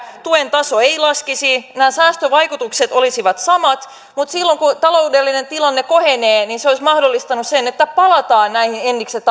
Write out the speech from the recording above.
tuen taso ei laskisi nämä säästövaikutukset olisivat samat mutta silloin kun taloudellinen tilanne kohenee niin se olisi mahdollistanut sen että palataan näihin